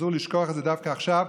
אסור לשכוח את זה דווקא עכשיו,